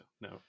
no